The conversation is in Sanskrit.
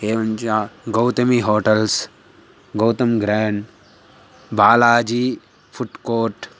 एवञ्च Gautami hotels Gautam grand Balaji food court